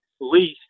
least